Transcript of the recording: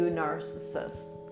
narcissists